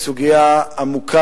היא סוגיה עמוקה,